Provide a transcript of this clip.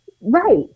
Right